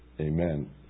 Amen